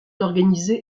organisé